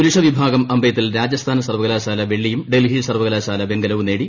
പുരുഷ വിഭാഗം അമ്പെയ്ത്തിൽ രാജസ്ഥാൻ സർവകലാശാല വെള്ളിയും ഡൽഹി സർവകലാശാല വെങ്കലവും നേടി